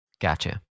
Gotcha